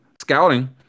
scouting